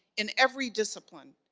in every discipline,